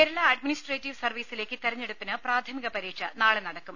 Kerala administrative സർവീസിലേക്ക് തെരഞ്ഞെടുപ്പിന് പ്രാഥമിക പരീക്ഷ നാളെ നടക്കും